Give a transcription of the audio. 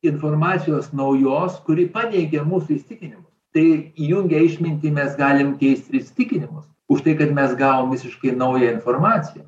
informacijos naujos kuri paneigia mūsų įsitikinimus tai įjungę išmintį mes galim keist ir įsitikinimus už tai kad mes gavom visiškai naują informaciją